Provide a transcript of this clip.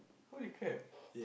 holy crap